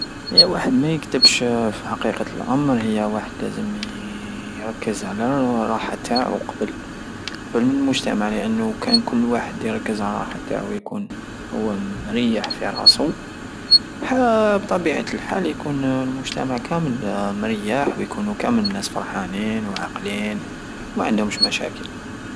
هي الواحد مايكدبش في حقيقة الأمر هي الواحد لازم يركز على الراحة التاعو كر- فالمجتمع لانو وكان كل واحد يركز على الراحة التاعو يكون هو مريح في راسو ح- بطبيعة الحال حيطون مجتمع كامل مريح ويطومو كامل ااناس قرحانين وعاقلين وماعندهمش مشاكل